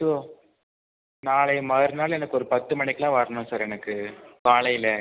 so நாளை மறுநாள் எனக்கு ஒரு பத்து மணிக்கெலாம் வரணும் சார் எனக்கு காலையில்